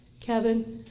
kevin,